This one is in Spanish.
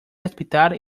hospital